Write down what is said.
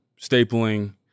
stapling